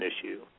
issue